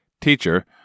Teacher